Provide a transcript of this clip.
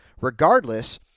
regardless